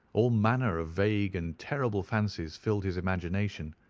all manner of vague and terrible fancies filled his imagination.